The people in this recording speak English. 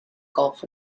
gulf